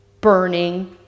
burning